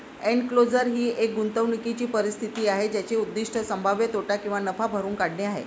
enclosure ही एक गुंतवणूकीची परिस्थिती आहे ज्याचे उद्दीष्ट संभाव्य तोटा किंवा नफा भरून काढणे आहे